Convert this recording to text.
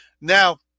Now